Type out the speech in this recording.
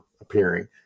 appearing